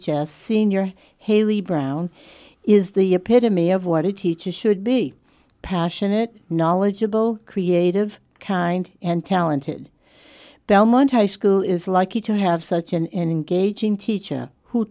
h s senior hayley brown is the epitome of what it teaches should be passionate knowledgeable creative kind and talented belmont high school is likely to have such an engaging teacher who